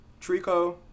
Trico